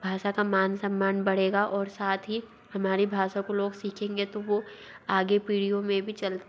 भाषा का मान सम्मान बढ़ेगा और साथ ही हमारी भाषा को लोग सीखेंगे तो वो आगे पीढ़ियों में भी चल